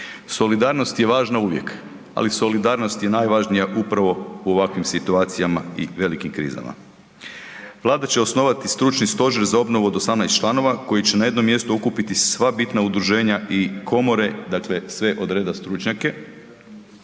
Solidarnost je važna uvijek, ali solidarnost je najvažnija upravo u ovakvim situacijama i velikim krizama. Vlada će osnovati stručni stožer za obnovu od 18 članova koja će na jednom mjestu okupiti sva bitna udruženja i komore, dakle, sve od reda stručnjake.